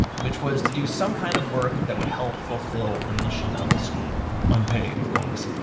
which was to do some kind of work that would help fulfill the mission of the school unpaid, of course.